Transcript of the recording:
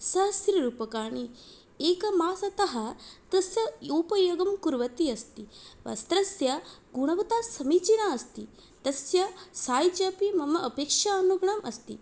सहस्ररूप्यकाणि एकमासतः तस्य उपयोगं कुर्वती अस्मि वस्त्रस्य गुणवत्ता समीचीना अस्ति तस्य सैज् अपि मम अपेक्षानुगुणं अस्ति